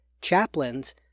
chaplains